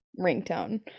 ringtone